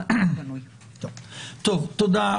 תודה.